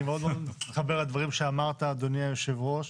אני מאוד מתחבר לדברים שאמרת, אדוני יושב הראש.